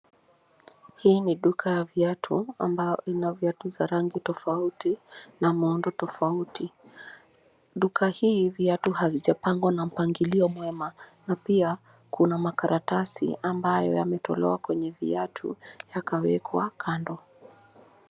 Hii ni duka ya viatu ambayo ina viatu vya rangi tofauti na muundo tofauti. Duka hii viatu havijapangwa na mpangilio mwema na pia kuna makaratasi ambayo yametolewa kwenye viatu yakawekwa kando.